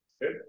Good